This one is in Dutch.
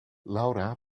laura